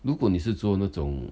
如果你是做那种